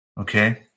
Okay